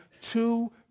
two